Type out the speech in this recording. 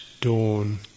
dawn